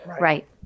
Right